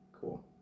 Cool